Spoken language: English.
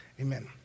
amen